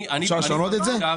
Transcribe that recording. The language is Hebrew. אפשר לשנות את זה?